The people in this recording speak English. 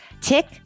Tick